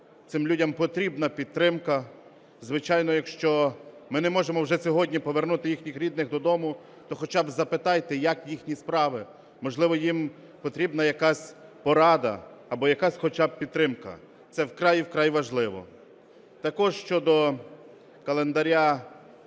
Цим людям потрібна підтримка. Звичайно, якщо ми не можемо вже сьогодні повернути їхніх рідних додому, то хоча б запитайте як їхні справи, можливо, їм потрібна якась порада, або якась хоча б підтримка. Це вкрай-вкрай важливо. Також щодо календаря